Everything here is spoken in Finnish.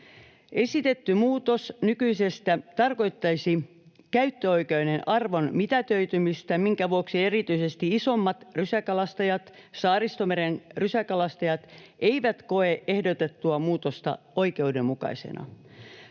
Esitetty muutos nykyisestä tarkoittaisi käyttöoikeuden arvon mitätöitymistä, minkä vuoksi erityisesti isommat rysäkalastajat, Saaristomeren rysäkalastajat, eivät koe ehdotettua muutosta oikeudenmukaisena.